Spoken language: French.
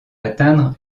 atteindre